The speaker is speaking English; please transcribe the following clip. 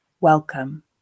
welcome